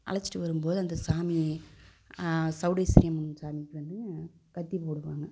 அழைச்சிட்டு வரும்போது அந்த சாமி சௌடேஸ்வரி அம்மன் சாமிக்கு வந்து கத்தி போடுவாங்க